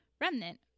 remnant